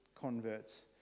converts